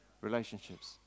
relationships